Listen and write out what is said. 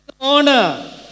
honor